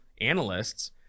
analysts